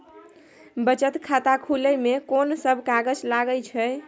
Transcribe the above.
बचत खाता खुले मे कोन सब कागज लागे छै?